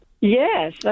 Yes